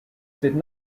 did